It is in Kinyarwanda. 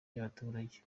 by’abaturage